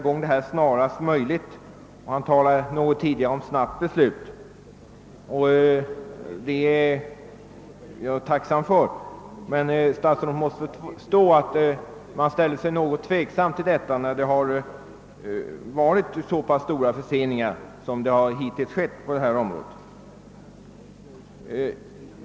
Han säger även att byggnadsarbetena »skall kunna sättas i gång snarast möjligt». Jag är tacksam för detta, men statsrådet måste förstå att man ställer sig något tveksam till dessa uppgifter när förseningarna varit så pass stora på detta område.